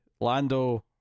Lando